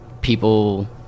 people